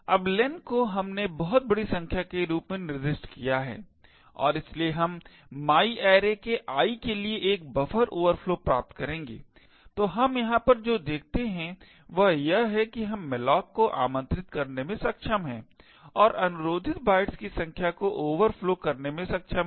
अब len को हमने बहुत बड़ी संख्या के रूप में निर्दिष्ट किया है और इसलिए हम my array के i के लिए एक बफर ओवरफ्लो प्राप्त करेंगे तो हम यहाँ पर जो देखते हैं वह यह है कि हम malloc को आमंत्रित करने में सक्षम हैं और अनुरोधित बाइट्स की संख्या को ओवरफ्लो करने में सक्षम हैं